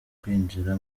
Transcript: kwinjira